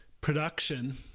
production